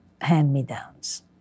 hand-me-downs